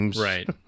Right